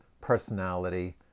personality